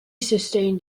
sustained